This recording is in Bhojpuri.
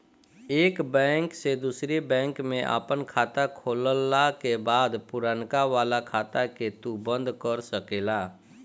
एक बैंक से दूसरी बैंक में आपन खाता खोलला के बाद पुरनका वाला खाता के तू बंद कर सकेला